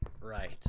Right